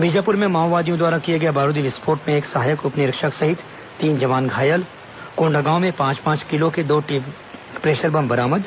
बीजापुर में माओवादियों द्वारा किए गए बारूदी विस्फोट में एक सहायक उप निरीक्षक सहित तीन जवान घायल कोंडागांव में पांच पांच किलो के दो प्रेशर बम बरामद